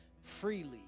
freely